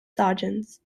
sergeants